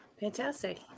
Fantastic